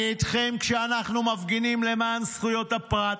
אני איתכם כשאנחנו מפגינים למען זכויות הפרט,